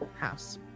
house